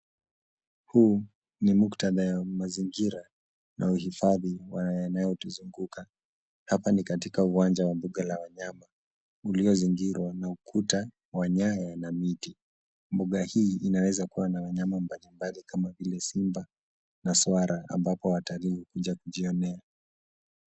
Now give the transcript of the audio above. Huu ni muktadha ya mazingira na uhifadhi wa maeneo inayo tuzunguka. Hapa ni katika uwanja wa mbuga la wanyama uliozingirwa na ukuta wa nyaya na miti. Mbuga hii inaweza kua na wanyama mbali mbali, kama vile simba na swara, ambapo watalii huja kujionea.